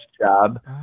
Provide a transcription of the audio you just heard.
job